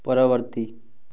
ପରବର୍ତ୍ତୀ